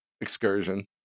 excursion